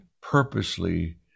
purposely